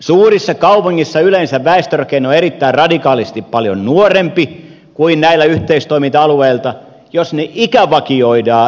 suurissa kaupungeissa väestörakenne on yleensä erittäin radikaalisti paljon nuorempi kuin näillä yhteistoiminta alueilla jos ne ikävakioidaan